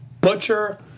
Butcher